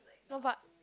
no but